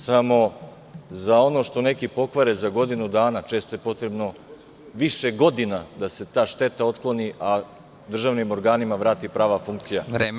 Samo, za ono što neki pokvare za godinu dana, često je potrebno više godina da se ta šteta otkloni, a državnim organima vrati prava funkcija.